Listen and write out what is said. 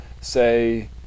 say